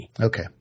Okay